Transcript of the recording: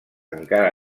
encara